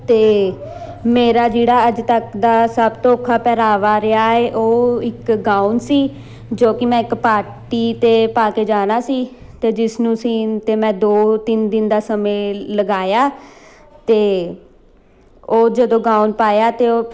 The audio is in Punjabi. ਅਤੇ ਮੇਰਾ ਜਿਹੜਾ ਅੱਜ ਤੱਕ ਦਾ ਸਭ ਤੋਂ ਔਖਾ ਪਹਿਰਾਵਾ ਰਿਹਾ ਹੈ ਉਹ ਇੱਕ ਗਾਊਨ ਸੀ ਜੋ ਕਿ ਮੈਂ ਇੱਕ ਪਾਰਟੀ 'ਤੇ ਪਾ ਕੇ ਜਾਣਾ ਸੀ ਅਤੇ ਜਿਸ ਨੂੰ ਸੀਣ 'ਤੇ ਮੈਂ ਦੋ ਤਿੰਨ ਦਿਨ ਦਾ ਸਮਾਂ ਲਗਾਇਆ ਅਤੇ ਉਹ ਜਦੋਂ ਗਾਉਨ ਪਾਇਆ ਤਾਂ ਉਹ